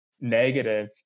negative